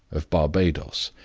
of barbadoes.